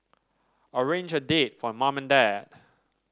arrange a date for mum and dad